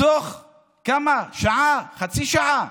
תוך כמה, שעה, חצי שעה,